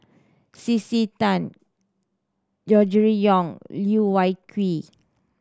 C C Tan Gregory Yong Loh Wai Kiew